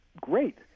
Great